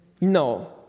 No